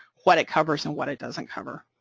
what it covers, and what it doesn't cover.